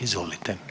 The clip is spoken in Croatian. Izvolite.